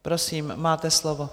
Prosím, máte slovo.